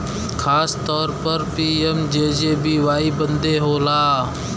खासतौर पर पी.एम.जे.जे.बी.वाई बदे होला